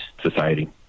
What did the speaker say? society